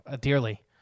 dearly